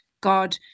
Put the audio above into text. God